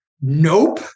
Nope